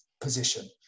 position